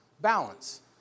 Balance